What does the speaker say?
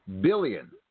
billion